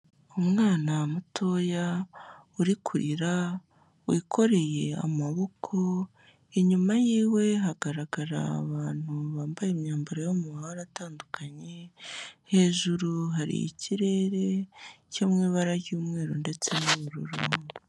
Umwana mutoya uri kurira wikoreye amaboko, inyuma y'iwe hagaragara abantu bambaye imyambaro yo mu mabara atandukanye, hejuru hariho ikirere cyo mu ibara ry'umweru ndetse n'ubururu.